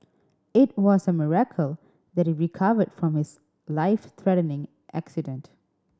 it was a miracle that he recovered from his life threatening accident